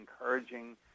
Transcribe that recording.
encouraging